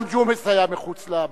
גם ג'ומס היה מחוץ למערכת.